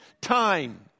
time